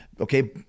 okay